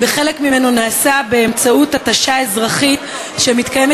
וחלק ממנו נעשה באמצעות התשה אזרחית שמתקיימת